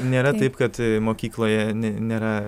nėra taip kad mokykloje ne nėra